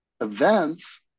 events